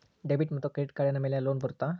Debit ಮತ್ತು credit ಕಾರ್ಡಿನ ಮೇಲೆ ಲೋನ್ ಬರುತ್ತಾ?